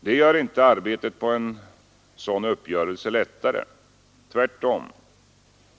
Det gör inte arbetet på en sådan uppgörelse lättare. Tvärtom,